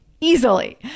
easily